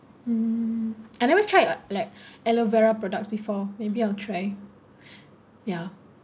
hmm I never tried like aloe vera products before maybe I'll try ya